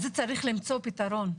אז צריך למצוא פתרון.